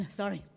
sorry